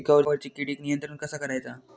पिकावरची किडीक नियंत्रण कसा करायचा?